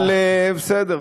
אבל בסדר,